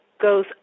goes